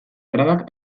trabak